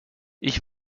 ich